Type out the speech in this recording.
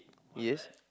yes